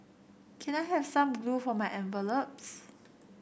can I have some glue for my envelopes